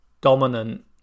dominant